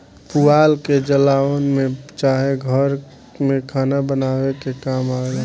पुआल के जलावन में चाहे घर में खाना बनावे के काम आवेला